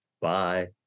bye